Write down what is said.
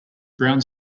brown